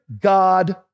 God